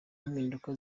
impinduka